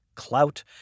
clout